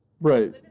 Right